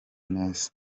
neza